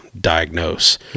diagnose